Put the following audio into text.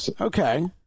Okay